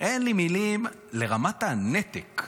על רמת הנתק.